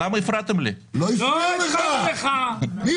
אנחנו מדברים על הדרך.